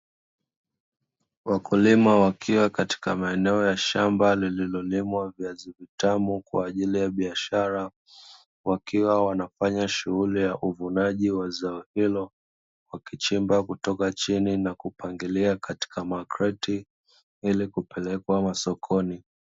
Wakulima wakiwa katika maeneo ya shamba lililolimwa viazi vitamu kwa ajili ya biashara, wakiwa wanafanya shughuli ya uvunaji wa zao hilo, wakichimba kutoka chini na kupangilia katika makreti ili kupelekwa masokoni.